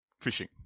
fishing